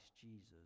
jesus